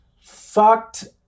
fucked